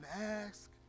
ask